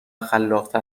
خلاقتر